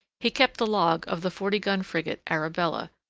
he kept the log of the forty-gun frigate arabella,